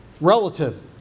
relative